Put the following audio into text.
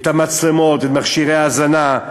את המצלמות ומכשירי ההאזנה,